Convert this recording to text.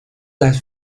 las